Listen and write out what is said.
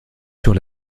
sur